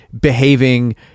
behaving